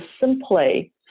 simply